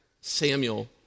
Samuel